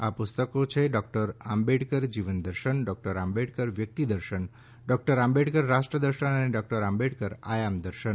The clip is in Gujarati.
આ પુસ્તકો છે ડોક્ટર આંબેડકર જીવન દર્શન ડોક્ટર આંબેડકર વ્યક્તિ દર્શન ડોક્ટર આંબેડકર રાષ્ટ્ર દર્શન અને ડોક્ટર આંબેડકર આયામ દર્શન